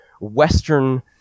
Western